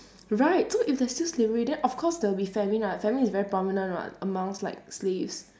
right so if there's still slavery then of course there will be famine [what] famine is very prominent [what] amongst like slaves